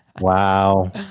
Wow